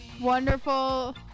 wonderful